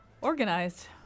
Organized